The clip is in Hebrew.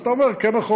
אז אתה אומר: כן נכון,